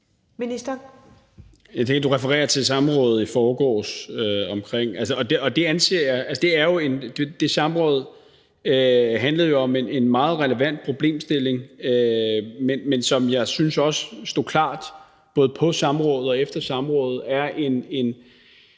(Peter Hummelgaard): Nu refereres der til samrådet i forgårs, og det samråd handlede jo om en meget relevant problemstilling. Men jeg synes også, at det stod klart både på samrådet og efter samrådet, at det